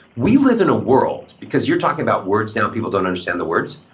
we live in a world, because you're talking about words now, people don't understand the words.